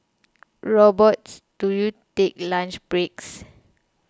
robots do you take lunch breaks